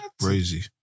Crazy